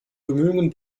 bemühungen